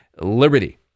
liberty